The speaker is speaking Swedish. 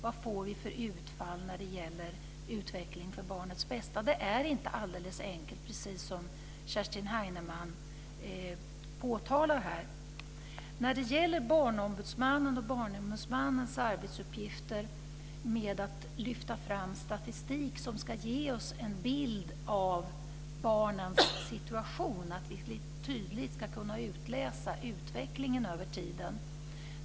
Vilket utfall får åtgärder för utveckling för barnets bästa? Det är inte så enkelt som Kerstin Heinemann framställer det här. Barnombudsmannen har till uppgift att ta fram statistik som ska ge oss en bild av barnens situation, så att vi tydligt kan utläsa utvecklingen över tiden.